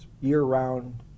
year-round